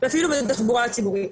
ואפילו בתחבורה הציבורית.